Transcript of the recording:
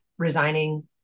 resigning